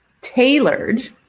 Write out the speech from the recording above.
tailored